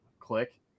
click